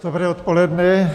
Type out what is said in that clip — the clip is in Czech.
Dobré odpoledne.